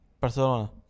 Barcelona